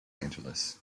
angeles